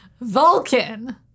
Vulcan